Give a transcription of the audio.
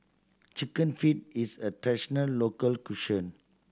Chicken Feet is a traditional local cuisine